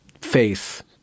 faith